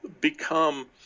become –